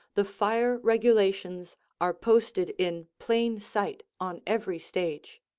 the fire regulations are posted in plain sight on every stage.